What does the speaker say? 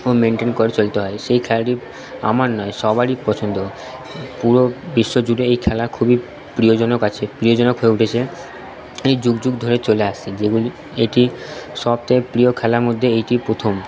খুব মেইনটেইন করে চলতে হয় সেই খেলাটি আমার নয় সবারই পছন্দ পুরো বিশ্বজুড়ে এই খেলা খুবই প্রিয়জনক আছে প্রিয়জনক হয়ে উঠেছে এই যুগ যুগ ধরে চলে আসছে যেগুলি এটি সব থেকে প্রিয় খেলার মধ্যে এইটি প্রথম